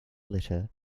litter